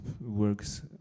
works